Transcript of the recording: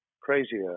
crazier